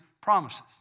promises